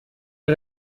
les